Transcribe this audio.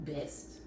Best